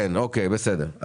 אוקיי, בסדר.